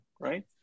right